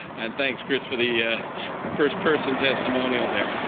and thanks, chris, for the first person testimonial there.